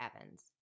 Evans